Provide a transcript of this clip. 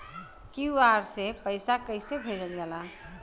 QR से पैसा कैसे भेजल जाला?